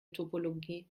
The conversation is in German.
topologie